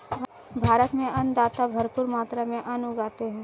भारत में अन्नदाता भरपूर मात्रा में अन्न उगाते हैं